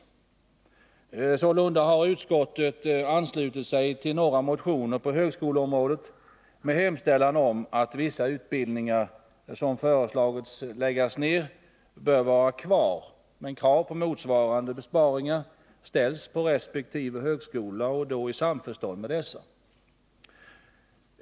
Sålunda har utskottet anslutit sig till några motioner på högskoleområdet med hemställan om att vissa utbildningar som föreslagits läggas ner bör vara kvar. Men krav på motsvarande besparingar ställs på resp. högskola och då i samförstånd med dessa.